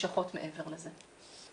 נמשכות מעבר לזה.